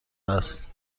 است